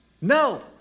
No